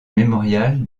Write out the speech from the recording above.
mémorial